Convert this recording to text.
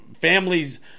families